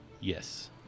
Yes